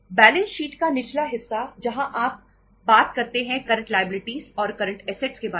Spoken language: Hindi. बैलेंस शीट का निचला हिस्सा जहां आप बात करते हैं करंट लायबिलिटीज और करंट असेट्स के बारे में